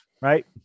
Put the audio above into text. right